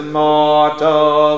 mortal